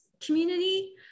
community